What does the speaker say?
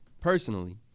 personally